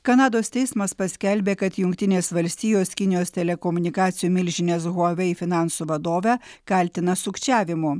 kanados teismas paskelbė kad jungtinės valstijos kinijos telekomunikacijų milžinės huawei finansų vadovę kaltina sukčiavimu